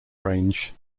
range